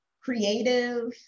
creative